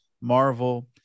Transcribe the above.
marvel